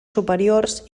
superiors